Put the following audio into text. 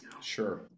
Sure